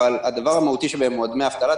הדבר המהותי שבהם הוא דמי אבטלה,